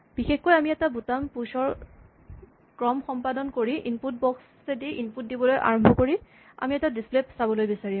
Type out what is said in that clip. বিশেষকৈ আমি এটা বুটাম প্যুচ ৰ ক্ৰম সম্পাদন কৰি ইনপুট বক্স এদি ইনপুট দিবলৈ আৰম্ভ কৰি আমি এটা ডিচপ্লে চাবলৈ বিচাৰিম